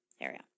area